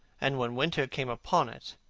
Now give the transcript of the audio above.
and when winter came upon it,